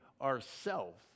ourself